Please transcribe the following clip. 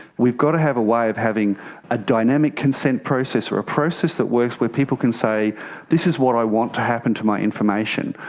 we've got to have a way of having a dynamic consent process or a process that works where people can say this is what i want to happen to my information,